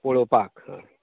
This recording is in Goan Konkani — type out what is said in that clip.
पळोवपाक